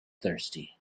thirsty